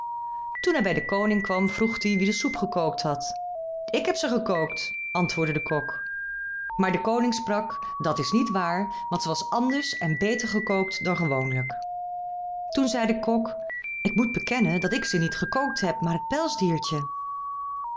toen hij bij den koning kwam vroeg die wie de soep gekookt had ik heb ze gekookt antwoordde de kok maar de koning sprak dat is niet waar want ze was anders en beter gekookt dan gewoonlijk toen zei de kok ik moet bekennen dat ik ze niet gekookt heb maar